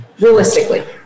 realistically